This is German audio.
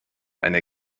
eine